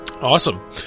Awesome